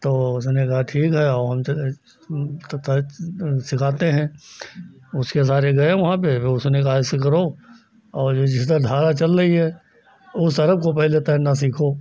तो उसने कहा ठीक है आओ हम तुम तैर सिखाते हैं उसके सहारे गए वहाँ पर और उसने कहा ऐसे करो और यह जिस तरह धारा चल रही है उस तरफ को पहले तैरना सीखो